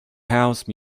house